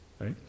Right